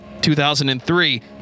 2003